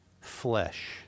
flesh